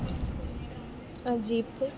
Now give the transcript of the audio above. jeep